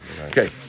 Okay